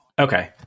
Okay